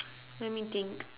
let me think